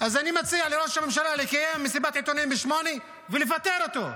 אז אני מציע לראש הממשלה לקיים מסיבת עיתונאים ב-20:00 ולפטר אותו,